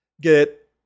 get